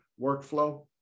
workflow